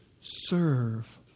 serve